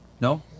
No